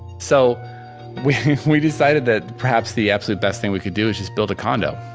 so we we decided that perhaps the absolute best thing we could do is just build a condo.